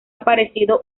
aparecido